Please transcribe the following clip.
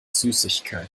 süßigkeiten